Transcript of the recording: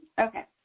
okay,